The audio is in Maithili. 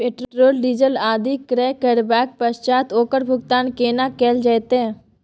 पेट्रोल, डीजल आदि क्रय करबैक पश्चात ओकर भुगतान केना कैल जेतै?